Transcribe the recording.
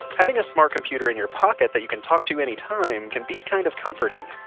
having a smart computer in your pocket that you can talk to anytime can be kind of comforting.